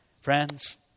Friends